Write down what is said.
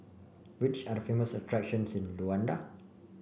which are the famous attractions in Luanda